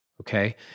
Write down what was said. Okay